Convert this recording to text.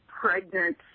pregnant